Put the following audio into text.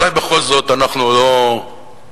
אולי בכל זאת אנחנו לא כבשנו,